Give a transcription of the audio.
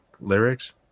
lyrics